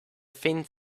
thin